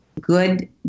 good